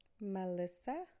Melissa